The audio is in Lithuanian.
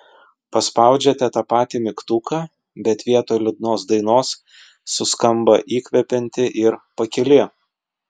paspaudžiate tą patį mygtuką bet vietoj liūdnos dainos suskamba įkvepianti ir pakili